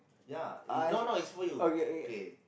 ya no no it's for you okay